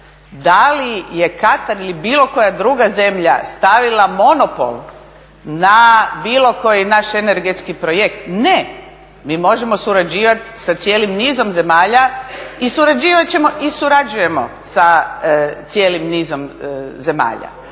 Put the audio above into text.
Da li je Katar ili bilo koja druga zemlja stavila monopol na bilo koji naš energetski projekt? Ne, mi možemo surađivati sa cijelim nizom zemalja i surađivat ćemo i surađujemo sa cijelim nizom zemalja.